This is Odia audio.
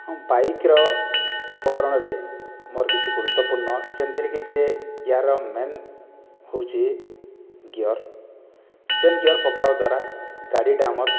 ହଁ ବାଇକ୍ର ଉପକରଣରେ ମୋର କିଛି ଗୁରୁତ୍ୱପୂର୍ଣ୍ଣ ଯେଉଁଥିରେକି ଯିଏ ଏହାର ମେନ୍ ହେଉଛି ଗିୟର ଯେଉଁ ଗିୟର ପକାଇବା ଦ୍ୱାରା ଗାଡ଼ିଟା ଆମର